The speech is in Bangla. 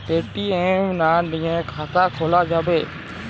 এ.টি.এম না নিয়ে খাতা খোলা যাবে?